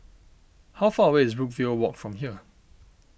how far away is Brookvale Walk from here